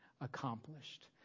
accomplished